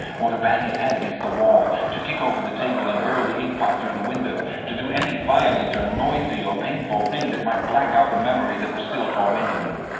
or to bang his head against the wall, to kick over the table, and hurl the inkpot through the window to do any violent or noisy or painful thing that might black out the memory that was tormenting him.